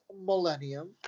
millennium